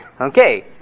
Okay